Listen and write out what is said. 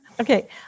Okay